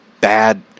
bad